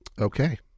Okay